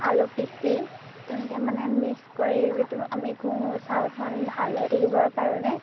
আলু পিচি তেনেকৈ মানে মিক্স কৰি যিটো আমি ঘঁহোঁ ছালখন ভাল হৈ থাকিবৰ কাৰণে